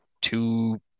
two